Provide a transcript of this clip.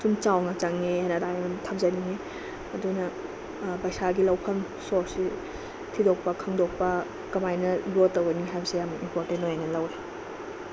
ꯑꯗꯨꯝ ꯆꯥꯎꯅ ꯆꯪꯉꯦ ꯍꯥꯏꯅ ꯊꯝꯖꯅꯤꯡꯉꯦ ꯑꯗꯨꯅ ꯄꯩꯁꯥꯒꯤ ꯂꯧꯐꯝ ꯁꯣꯔꯁꯁꯤ ꯊꯤꯗꯣꯛꯄ ꯈꯪꯗꯣꯛꯄ ꯀꯃꯥꯏꯅ ꯒ꯭ꯔꯣ ꯇꯧꯒꯅꯤ ꯍꯥꯏꯕꯁꯦ ꯌꯥꯝꯅ ꯏꯝꯄꯣꯔꯇꯦꯟ ꯑꯣꯏꯅ ꯂꯧꯋꯦ